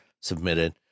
submitted